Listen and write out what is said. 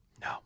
No